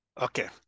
Okay